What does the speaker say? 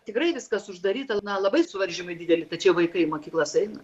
tikrai viskas uždaryta labai suvaržymai dideli tačiau vaikai mokyklas eina